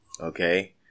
Okay